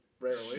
Rarely